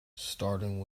starting